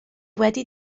wedi